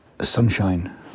sunshine